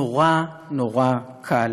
נורא נורא קל.